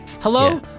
hello